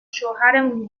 شوهرمون